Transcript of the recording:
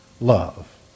love